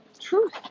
truth